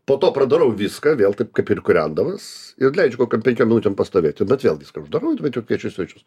po to pradarau viską vėl taip kaip ir kūrendamas ir leidžiu kokiom penkiom minutėm pastovėti bet vėl viską uždarau tuomet jau kviečiu svečius